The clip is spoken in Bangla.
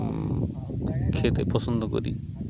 খেতে পছন্দ করি